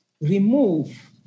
remove